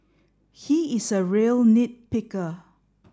he is a real nit picker